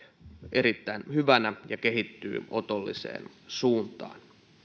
erittäin hyvänä ja kehittyy otolliseen suuntaan